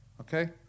Okay